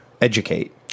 educate